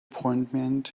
appointment